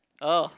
oh